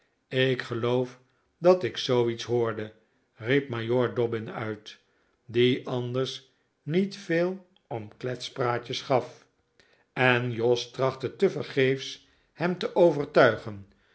ik geloof dat ik zoo iets hoorde riep majoor dobbin uit die anders niet veel om kletspraatjes gaf en jos trachttc tevergeefs hem te overtuigen